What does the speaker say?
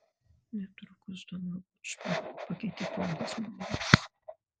netrukus tomą bučmą pakeitė povilas malakas